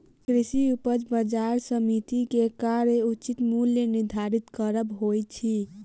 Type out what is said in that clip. कृषि उपज बजार समिति के कार्य उचित मूल्य निर्धारित करब होइत अछि